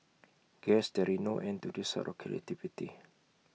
guess there is no end to this sort of creativity